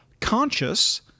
conscious